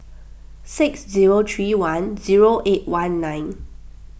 six zero three one zero eight one nine